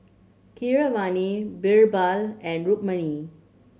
Keeravani Birbal and Rukmini